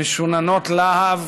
משוננות להב